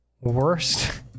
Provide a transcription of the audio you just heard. worst